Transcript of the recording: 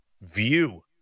view